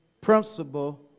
principle